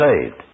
saved